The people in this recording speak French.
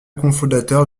cofondateur